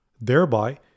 Thereby